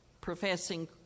professing